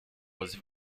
was